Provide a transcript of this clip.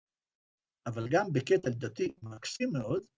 ‫אבל גם בקטע דתי מקסים מאוד...